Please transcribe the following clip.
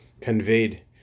conveyed